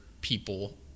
people